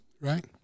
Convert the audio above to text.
Right